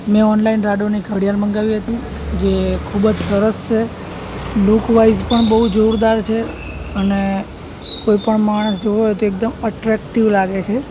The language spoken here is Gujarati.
મેં ઓનલાઈન રાડોની ઘડિયાળ મંગાવી હતી જે ખૂબ જ સરસ છે લુકવાઇસ પણ બહુ જોરદાર છે અને કોઈપણ માણસ જુએ તો એકદમ અટ્રેક્ટિવ લાગે છે